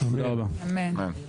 אמן.